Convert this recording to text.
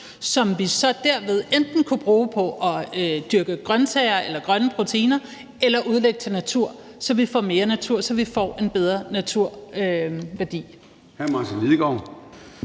som vi så derved enten kunne bruge på at dyrke grønsager eller grønne proteiner eller udlægge til natur, så vi får mere natur, og så vi får en bedre naturværdi.